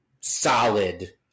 solid